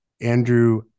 Andrew